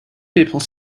people